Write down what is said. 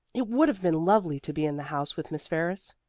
it would have been lovely to be in the house with miss ferris.